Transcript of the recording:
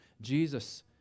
Jesus